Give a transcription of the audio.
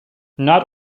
not